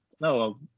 no